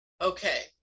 okay